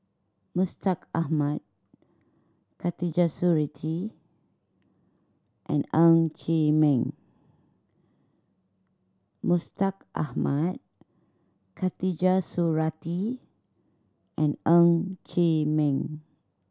Mustaq Ahmad Khatijah Surattee and Ng Chee Meng Mustaq Ahmad Khatijah Surattee and Ng Chee Meng